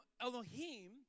Elohim